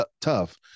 tough